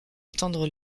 attendre